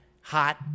hot